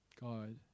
God